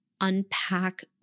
unpack